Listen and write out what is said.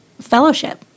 fellowship